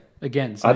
again